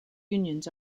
unions